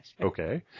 Okay